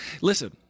Listen